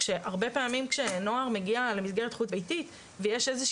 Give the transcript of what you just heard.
הרבה פעמים כאשר נוער מגיע למסגרת חוץ ביתית ויש איזו